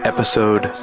Episode